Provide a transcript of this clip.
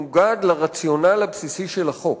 ההיגיון הזה מנוגד לרציונל הבסיסי של החוק.